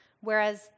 Whereas